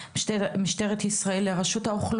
האוכלוסין ומתפ"ש,